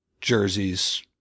jerseys